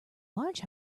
large